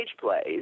plays